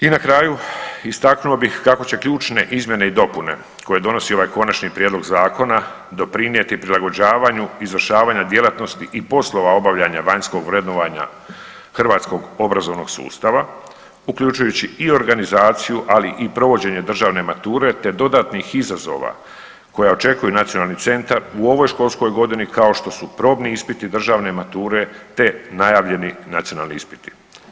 I na kraju istaknuo bih kako će ključne izmjene i dopune koje donosi ovaj konačni prijedlog zakona doprinijeti prilagođavanju izvršavanja djelatnosti i poslova obavljanja vanjskog vrednovanja hrvatskog obrazovnog sustava uključujući i organizaciju, ali i provođenje državne mature, te dodatnih izazova koja očekuje nacionalni centar u ovoj školskoj godini kao što su probni ispiti državne mature, te najavljeni nacionalni ispiti.